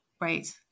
right